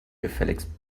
gefälligst